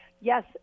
yes